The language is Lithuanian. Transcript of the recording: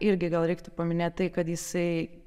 irgi gal reiktų paminėt tai kad jisai